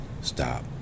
stop